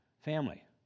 Family